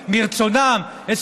שקט באולם, בבקשה.